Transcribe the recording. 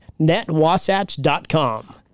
netwasatch.com